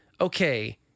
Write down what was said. okay